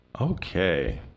Okay